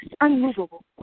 unmovable